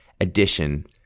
addition